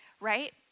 Right